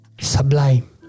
sublime